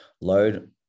load